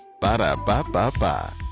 Ba-da-ba-ba-ba